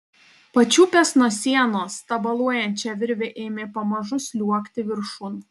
pačiupęs nuo sienos tabaluojančią virvę ėmė pamažu sliuogti viršun